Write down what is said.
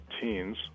teens